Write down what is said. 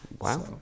Wow